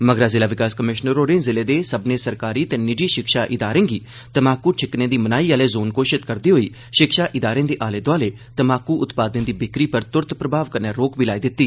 मगरा जिला विकास कमिशनर होरें जिले दे सब्भनें सरकारी ते निजी शिक्षा इदारें गी तम्बाकू छिक्कने दी मनाही आहले ज़ोन घोशित करदे होई शिक्षा इदारें दे आले दोआले तम्बाकू उत्पादें दी बिक्री उप्पर त्रत प्रभाव कन्नै रोक बी लाई दित्ती